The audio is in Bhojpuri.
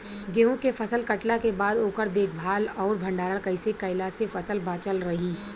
गेंहू के फसल कटला के बाद ओकर देखभाल आउर भंडारण कइसे कैला से फसल बाचल रही?